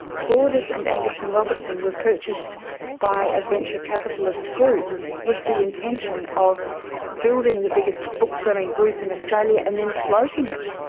borders and angus and robertson were purchased by a venture capitalist group with the intention of building the biggest bookselling group in australia and then floating it.